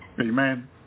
Amen